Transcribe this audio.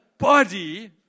body